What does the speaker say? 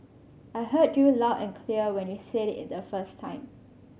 I heard you loud and clear when you said it the first time